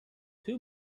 two